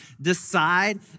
decide